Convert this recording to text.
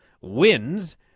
wins